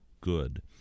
good